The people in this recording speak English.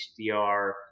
hdr